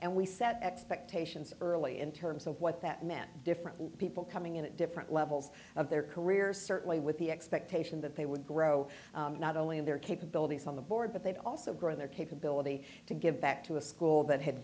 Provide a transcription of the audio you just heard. and we set expectations early in terms of what that meant different people coming in at different levels of their career certainly with the expectation that they would grow not only in their capabilities on the board but they also grow their capability to give back to a school that had